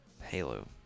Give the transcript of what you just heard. Halo